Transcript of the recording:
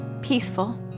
peaceful